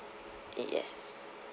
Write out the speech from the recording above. yes